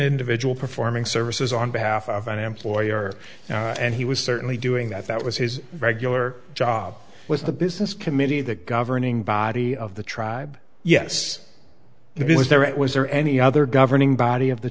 individual performing services on behalf of an employer and he was certainly doing that that was his regular job with the business committee the governing body of the tribe yes it was there it was or any other governing body of the